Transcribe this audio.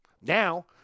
Now